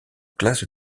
classe